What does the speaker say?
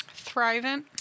Thrivent